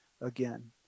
again